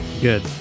good